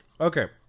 Okay